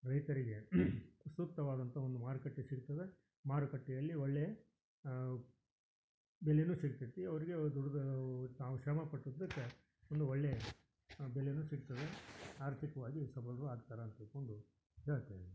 ರೈತರಿಗೆ ಸೂಕ್ತವಾದಂಥ ಒಂದು ಮಾರುಕಟ್ಟೆ ಸಿಗ್ತದೆ ಮಾರುಕಟ್ಟೆಯಲ್ಲಿ ಒಳ್ಳೆಯ ಬೆಲೆಯೂ ಸಿಗ್ತೈತಿ ಅವರಿಗೆ ಅವ್ರು ದುಡಿದವು ತಾವು ಶ್ರಮಪಟ್ಟಿದ್ದಕ್ಕ ಒಂದು ಒಳ್ಳೆಯ ಬೆಲೆಯೂ ಸಿಗ್ತದೆ ಆರ್ಥಿಕವಾಗಿ ಸಬಲರೂ ಆಗ್ತಾರೆ ಅಂತ ಹೇಳಿಕೊಂಡು ಹೇಳ್ತೇವೆ